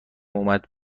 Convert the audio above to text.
اومد